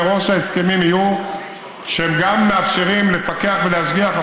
מראש ההסכמים גם יאפשרו לפקח ולהשגיח,